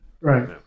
Right